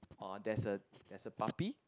uh there's a there's a puppy